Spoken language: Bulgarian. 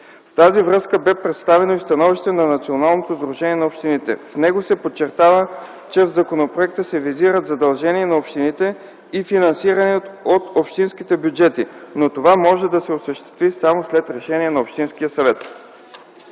В тази връзка бе представено и становището на Националното сдружение на общините. В него се подчертава, че в законопроекта се визират задължения на общините и финансиране от общинските бюджети, но това може да осъществи само след решение на общинския съвет.